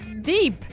deep